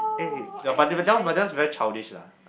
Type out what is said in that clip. eh ya but that one but that one's very childish lah